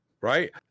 right